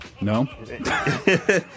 No